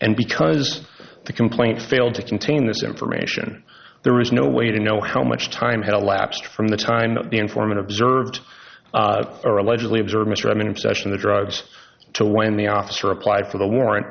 and because the complaint failed to contain this information there is no way to know how much time had elapsed from the time the informant observed or allegedly observed mr i mean obsession the drugs to when the officer applied for the warran